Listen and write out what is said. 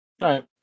right